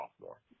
sophomore